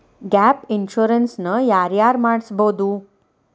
Gap insurance ನ ಯಾರ್ ಯಾರ್ ಮಡ್ಸ್ಬೊದು?